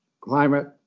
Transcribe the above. climate